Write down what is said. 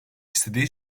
istediği